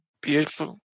Beautiful